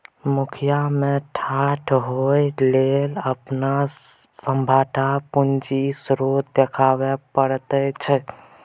मुखिया मे ठाढ़ होए लेल अपन सभटा पूंजीक स्रोत देखाबै पड़ैत छै